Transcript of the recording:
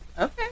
Okay